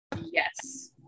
Yes